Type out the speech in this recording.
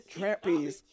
Trampies